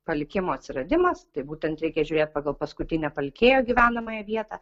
palikimo atsiradimas tai būtent reikia žiūrėt pagal paskutinę palikėjo gyvenamąją vietą